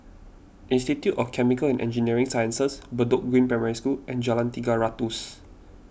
Institute of Chemical and Engineering Sciences Bedok Green Primary School and Jalan Tiga Ratus